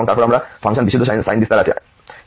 এবং তারপর আমরা ফাংশন বিশুদ্ধ সাইন বিস্তার আছে